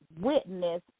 witness